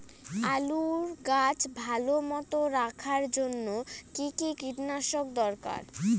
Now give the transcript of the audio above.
আলুর গাছ ভালো মতো রাখার জন্য কী কী কীটনাশক দরকার?